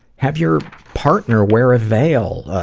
have your partner wear a veil, ah,